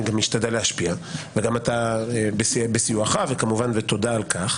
משתדל להשפיע וגם בסיועך ותודה על כך.